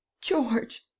George